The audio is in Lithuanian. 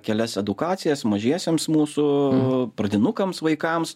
kelias edukacijas mažiesiems mūsų pradinukams vaikams